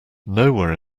nowhere